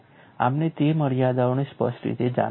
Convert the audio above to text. આપણે તે મર્યાદાઓને સ્પષ્ટ રીતે જાણવી પડશે